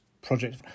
project